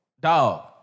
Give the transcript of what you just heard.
Dog